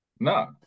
No